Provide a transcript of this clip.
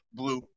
blue